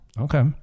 Okay